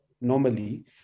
normally